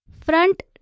front